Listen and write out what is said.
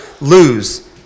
lose